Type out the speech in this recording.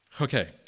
Okay